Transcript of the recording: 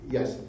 Yes